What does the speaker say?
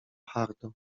hardo